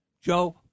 Joe